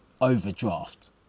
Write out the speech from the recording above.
overdraft